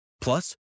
Plus